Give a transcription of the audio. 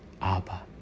abba